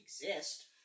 exist